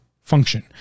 function